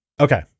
Okay